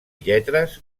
lletres